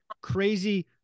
crazy